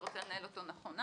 ורוצה לנהל אותו נכון.